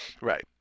Right